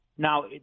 Now